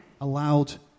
allowed